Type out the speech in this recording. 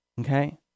okay